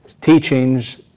teachings